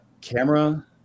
camera